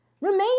Remain